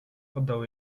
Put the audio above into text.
oddał